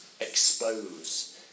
expose